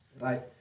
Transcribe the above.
right